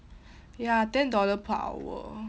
ya ten dollar per hour